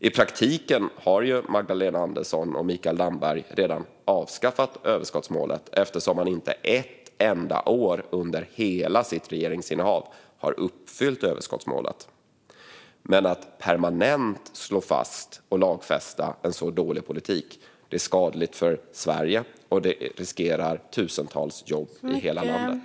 I praktiken har ju Magdalena Andersson och Mikael Damberg redan avskaffat det, eftersom överskottsmålet inte har uppfyllts ett enda år under hela detta regeringsinnehav, men att permanent slå fast och lagfästa en så dålig politik är skadligt för Sverige och riskerar tusentals jobb i hela landet.